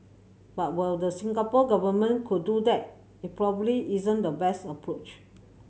but while the Singapore Government could do that it probably isn't the best approach